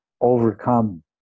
overcome